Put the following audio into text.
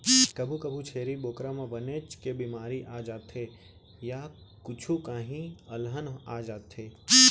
कभू कभू छेरी बोकरा म बनेच के बेमारी आ जाथे य कुछु काही अलहन आ जाथे